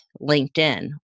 LinkedIn